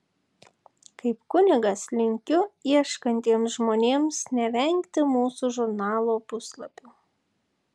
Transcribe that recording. kaip kunigas linkiu ieškantiems žmonėms nevengti mūsų žurnalo puslapių